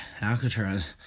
Alcatraz